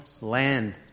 land